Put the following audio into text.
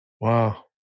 Wow